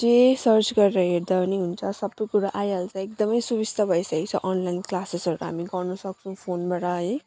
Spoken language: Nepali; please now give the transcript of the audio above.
जे सर्च गरेर हेर्दा पनि हुन्छ सबै कुरा आइहाल्छ एकदमै सुविस्ता भइसकेको छ अनलाइन क्लासेसहरू हामी गर्नु सक्छौँ फोनबाट है